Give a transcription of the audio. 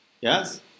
Yes